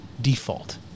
default